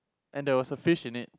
and there were a fish in it